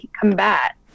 combat